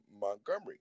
Montgomery